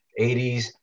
80s